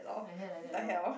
like that like that lor